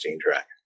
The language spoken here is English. track